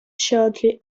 shortly